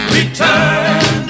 Return